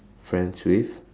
friends with